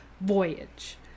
voyage